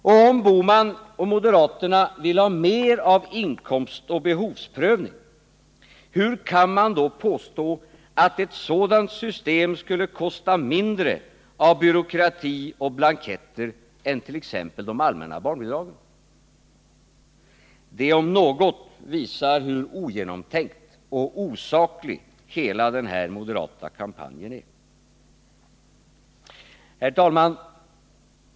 Om Gösta Bohman och moderaterna vill ha mer av inkomstoch behovsprövning, hur kan de då påstå att ett sådant system skulle kosta mindre av byråkrati och blanketter än t.ex. systemet med de allmänna barnbidragen? Det resonemanget om något visar hur ogenomtänkt och osaklig hela den här moderata kampanjen är. Herr talman!